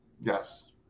yes